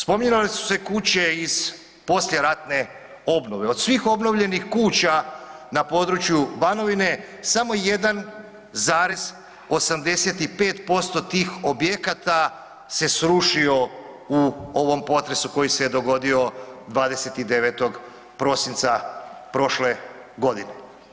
Spominjale su se kuće iz poslijeratne obnove od svih obnovljenih kuća na području Banovine samo 1,85% tih objekata se srušio u ovom potresu koji se je dogodio 29. prosinca prošle godine.